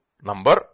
number